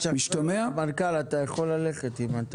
אדוני המנכ"ל, אתה יכול ללכת.